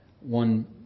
one